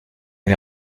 est